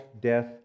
death